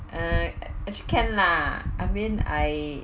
uh actually can lah I mean I